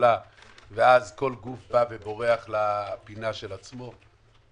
כממשלה ואז כל גוף בורח לפינה של עצמו.